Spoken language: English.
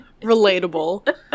Relatable